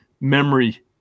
memory